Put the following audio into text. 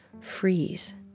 freeze